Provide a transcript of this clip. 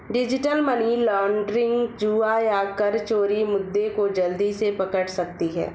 digital money laundering, जुआ या कर चोरी मुद्दे को जल्दी से पकड़ सकती है